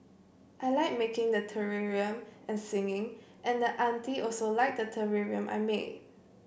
I like making the terrarium and singing and the auntie liked the terrarium I made